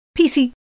PC